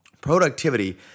Productivity